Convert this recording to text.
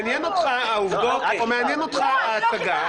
מעניינות אותך העובדות או שמעניינת אותך ההצגה?